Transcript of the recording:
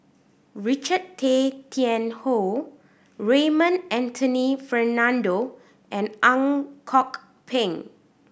Richard Tay Tian Hoe Raymond Anthony Fernando and Ang Kok Peng